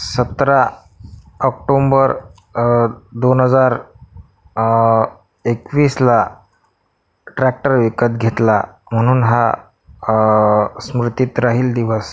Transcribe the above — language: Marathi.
सतरा ऑक्टोंबर दोन हजार एकवीसला ट्रॅक्टर विकत घेतला म्हणून हा स्मृतीत राहील दिवस